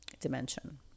dimension